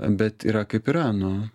bet yra kaip yra nu